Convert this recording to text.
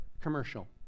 commercial